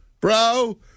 bro